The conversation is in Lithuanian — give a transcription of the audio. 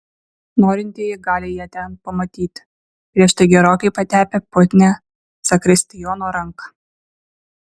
norintieji gali ją ten pamatyti prieš tai gerokai patepę putnią zakristijono ranką